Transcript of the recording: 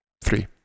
Three